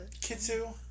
Kitsu